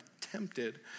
tempted